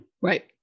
Right